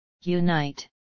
Unite